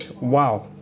wow